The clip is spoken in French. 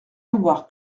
avoir